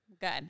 Good